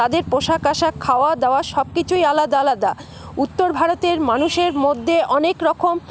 তাদের পোশাক আশাক খাওয়া দাওয়া সবকিছুই আলাদা আলাদা উত্তর ভারতের মানুষের মধ্যে অনেকরকম